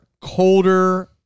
colder